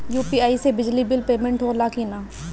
UPI से बिजली bill payment होला कि न?